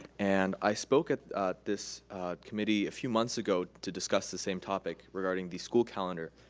and i spoke at this committee a few months ago to discuss the same topic regarding the school calendar.